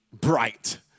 bright